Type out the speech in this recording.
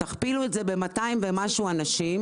תכפילו את זה ב-200 ומשהו אנשים